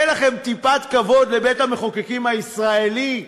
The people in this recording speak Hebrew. אין לכם טיפת כבוד לבית-המחוקקים הישראלי?